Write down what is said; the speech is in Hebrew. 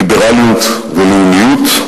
ליברליות ולאומיות,